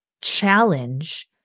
challenge